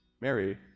Mary